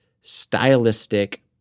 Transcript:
stylistic